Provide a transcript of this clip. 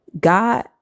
God